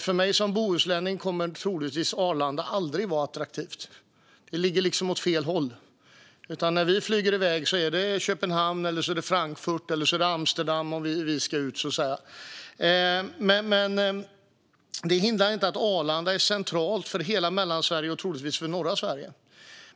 För mig som bohuslänning kommer Arlanda troligtvis aldrig att vara attraktivt. Det ligger liksom åt fel håll. När vi ska flyga ut är det Köpenhamn, Frankfurt eller Amsterdam som gäller. Men det hindrar inte att Arlanda är centralt för hela Mellansverige och troligtvis norra Sverige.